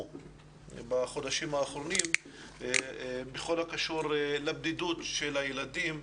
בחודשים האחרונים בכל הקשור לבדידות של הילדים,